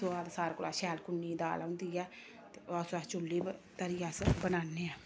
सोआद सारें कोला शैल कु'न्नी दी दाल होंदी ऐ ते ओह् अस चु'ल्ली पर धरियै अस बनाने आं